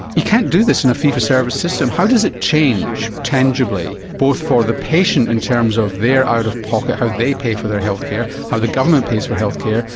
you can't do this in a fee for service system. how does it change, tangibly, both for the patient in terms of their out-of-pocket, how they pay for their healthcare, how the government pays for healthcare,